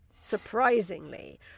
surprisingly